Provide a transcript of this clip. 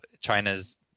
China's